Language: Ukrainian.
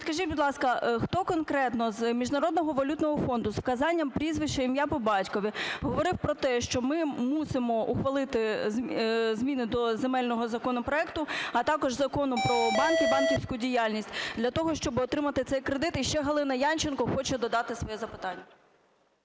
підкажіть, будь ласка, хто конкретно з Міжнародного валютного фонду, з вказанням прізвища, ім'я, по батькові, говорив про те, що ми мусимо ухвалити зміни до земельного законопроекту, а також Закону "Про банки і банківську діяльність", для того, щоб отримати цей кредит? І ще Галина Янченко хоче додати своє запитання.